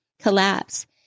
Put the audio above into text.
collapse